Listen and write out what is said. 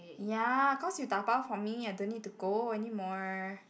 ya cause you dabao for me I don't need to go anymore